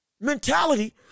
mentality